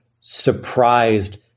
surprised